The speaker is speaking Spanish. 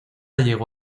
llegó